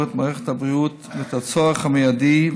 את מערכת הבריאות ואת הצורך המיידי,